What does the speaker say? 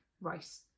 rice